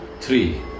three